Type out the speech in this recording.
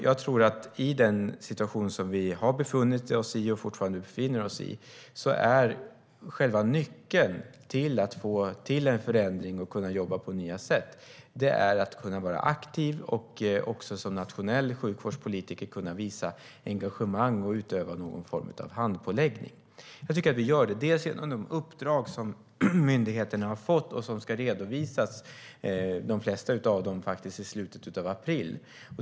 Jag tror att i den situation som vi har befunnit oss i, och fortfarande befinner oss i, är själva nyckeln till att få till en förändring och kunna jobba på nya sätt att kunna vara aktiv och också som nationell sjukvårdspolitiker visa engagemang och utöva någon form av handpåläggning. Det tycker jag att vi gör, till exempel genom de uppdrag som myndigheterna har fått, varav de flesta ska redovisas i slutet av april.